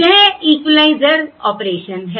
यह equaliser operation है